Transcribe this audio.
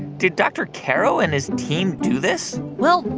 did dr. caro and his team do this? well,